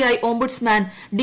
I ombudsman D